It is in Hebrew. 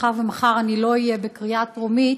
מאחר שמחר אני לא אהיה בקריאה הטרומית.